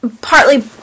Partly